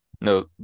No